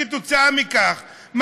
כתוצאה מכך,